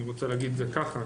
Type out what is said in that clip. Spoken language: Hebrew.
אני רוצה להגיד את זה כך,